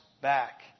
back